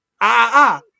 Ah-ah